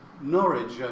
Norwich